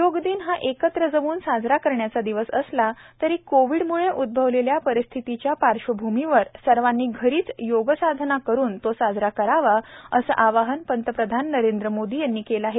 योग दिन हा एकत्र जमून साजरा करण्याचा दिवस असला तरी कोविडमुळे उदभवलेल्या परिस्थितीच्या पार्श्वभूमीवर सर्वांनी घरीच योगसाधना करुन तो साजरा करावा असं आवाहन प्रधानमंत्री नरेंद्र मोदी यांनी केलं आहे